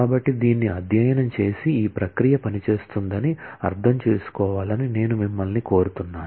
కాబట్టి దీన్ని అధ్యయనం చేసి ఈ ప్రక్రియ పనిచేస్తుందని అర్థం చేసుకోవాలని నేను మిమ్మల్ని కోరుతున్నాను